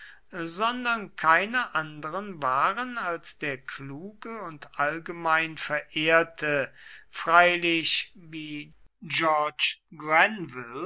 sondern keine anderen waren als der kluge und allgemein verehrte freilich wie georg